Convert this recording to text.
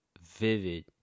vivid